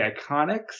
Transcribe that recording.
Iconics